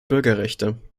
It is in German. bürgerrechte